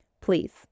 Please